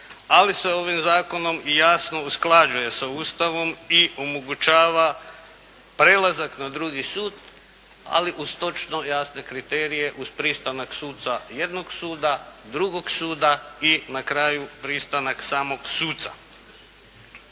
ali se ovim zakonom i jasno usklađuje sa Ustavom i omogućava prelazak na drugi sud ali uz točno jasne kriterije uz pristanak suca jednog suda, drugog suda i na kraju pristanak samog suca.